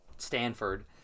stanford